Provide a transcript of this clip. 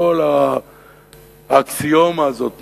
כל האקסיומה הזאת,